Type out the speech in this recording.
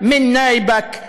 היזהר מהטלת רומחי.